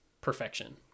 perfection